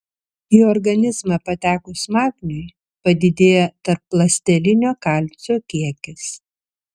į organizmą patekus magniui padidėja tarpląstelinio kalcio kiekis